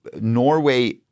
Norway